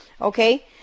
Okay